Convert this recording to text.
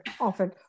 often